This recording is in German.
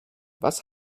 was